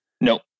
Nope